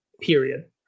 Period